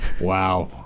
wow